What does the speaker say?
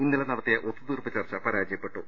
ഇന്നലെ നടത്തിയ ഒത്തുതീർപ്പ് ചർച്ച പരാജയപ്പെട്ടു